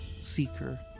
Seeker